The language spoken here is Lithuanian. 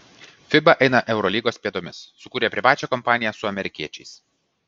fiba eina eurolygos pėdomis sukūrė privačią kompaniją su amerikiečiais